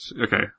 okay